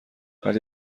ولی